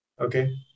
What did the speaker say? Okay